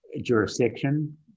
jurisdiction